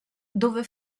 dove